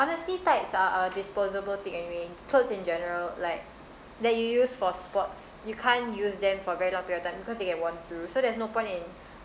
honestly tights are are disposable thing anyway clothes in general like that you use for sports you can't use them for very long period of time because they get worn too so there's no point in